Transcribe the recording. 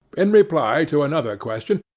in reply to another question,